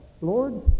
Lord